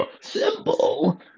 Simple